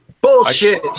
Bullshit